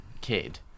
kid